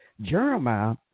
Jeremiah